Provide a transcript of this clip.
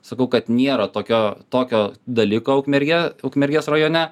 sakau kad nėra tokio tokio dalyko ukmergė ukmergės rajone